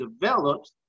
developed